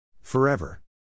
Forever